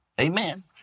Amen